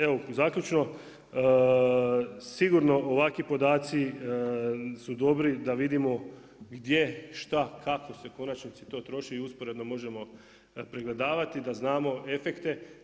Evo zaključno, sigurno ovakvi podaci su dobri da vidimo gdje, šta, kako se u konačnici to troši i usporedno možemo pregledavati da znamo efekte.